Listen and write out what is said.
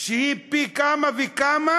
שהוא פי כמה וכמה